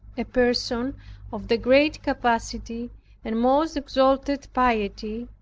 a person of the great capacity and most exalted piety,